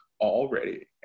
already